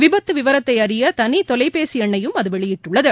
விபத்து விவரத்தை அறிய தனி தொலைபேசிய எண்களையும் அது வெளியிட்டுள்ளது